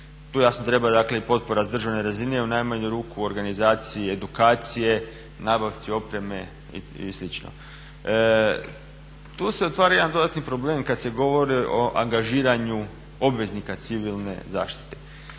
Tu jasno treba dakle i potpora s državne razine, u najmanju ruku organizaciji edukacije, nabavci opreme i slično. Tu se otvara jedan dodatni problem, kad se govori o angažiranju obveznika civilne zaštite